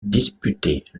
disputaient